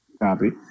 Copy